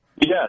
Yes